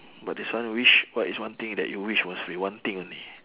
but this one wish what is one thing that you wish was free one thing only